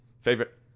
favorite